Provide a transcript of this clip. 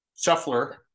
Shuffler